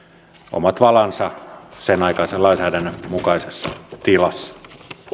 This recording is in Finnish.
omat valansa senaikaisen lainsäädännön mukaisessa tilassa